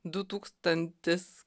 du tūkstantis